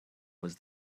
was